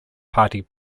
party